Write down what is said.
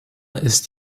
ist